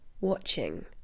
watching